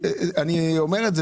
אני אומר את זה